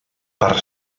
per